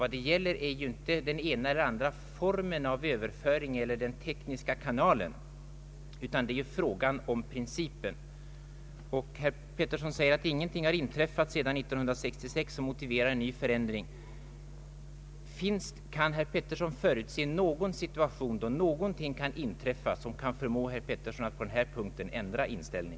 Vad det här gäller är ju inte den ena eller andra formen av överföring eller vilken teknisk kanal som skall användas, utan principen. Herr Pettersson säger att ingenting har inträffat efter år 1966 som motiverar en ändrad ståndpunkt. Kan herr Pettersson förutse någon situation, då någonting kan inträffa som skulle förmå herr Pettersson att på denna punkt ändra inställning?